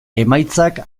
emaitzak